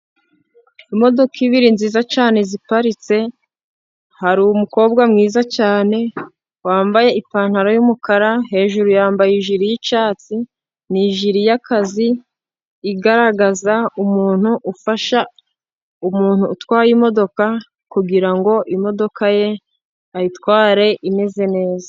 Imodoka nebyiri nziza cyane ziparitse, hari umukobwa mwiza cyane wambaye ipantaro y'umukara hejuru yambaye ijiri y'icyatsi n'ijiri y'akazi. Igaragaza umuntu ufasha umuntu utwaye imodoka kugira ngo imodoka ye ayitware imeze neza.